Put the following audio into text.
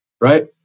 right